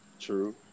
True